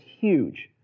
huge